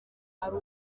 ari